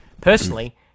personally